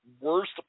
worst